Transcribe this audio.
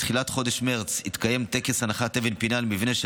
בתחילת חודש מרץ התקיים טקס הנחת אבן פינה למבנה של